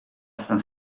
staan